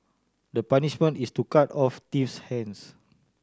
the punishment is to cut off thief's hands